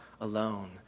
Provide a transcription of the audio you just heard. alone